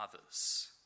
others